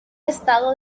estado